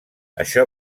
això